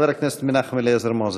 חבר הכנסת מנחם אליעזר מוזס.